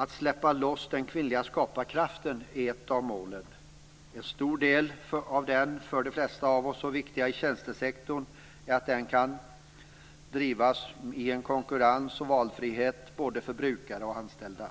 Att släppa loss den kvinnliga skaparkraften är ett av målen. En väsentlig sak i den för de flesta av oss så viktiga tjänstesektorn är att den kan drivas i konkurrens och valfrihet både för brukare och anställda.